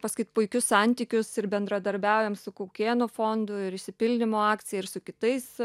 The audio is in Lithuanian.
pasakyt puikius santykius ir bendradarbiaujam su kaukėno fondu ir išsipildymo akcija ir su kitais